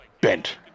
bent